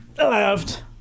left